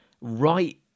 Right